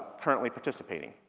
currently participating.